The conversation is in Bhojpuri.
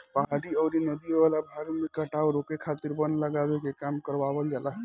पहाड़ी अउरी नदियों वाला भाग में कटाव रोके खातिर वन लगावे के काम करवावल जाला